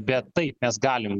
bet taip mes galim